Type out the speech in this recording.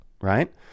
right